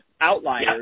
Outliers